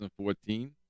2014